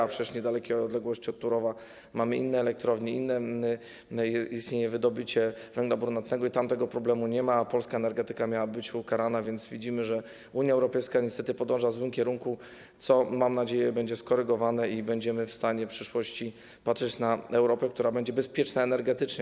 A przecież w niedalekiej odległości od Turowa mamy inne elektrownie, istnieje inne wydobycie węgla brunatnego i tam tego problemu nie ma, a polska energetyka miałaby by być ukarana, więc widzimy, że Unia Europejska niestety podąża w złym kierunku, co, mam nadzieję, będzie skorygowane i będziemy w stanie w przyszłości patrzeć na Europę, która będzie bezpieczna energetycznie.